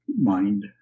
mind